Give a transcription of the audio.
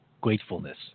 gratefulness